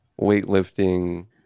weightlifting